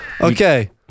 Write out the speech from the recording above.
okay